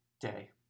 day